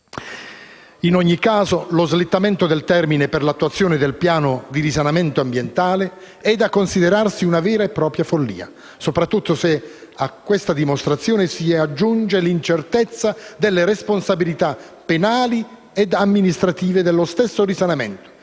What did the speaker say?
In ogni caso, lo slittamento del termine per l'attuazione del piano di risanamento ambientale è da considerarsi una vera e propria follia, soprattutto se a questa disposizione si aggiunge l'incertezza sulle responsabilità penali e amministrative dello stesso risanamento,